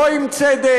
לא עם צדק,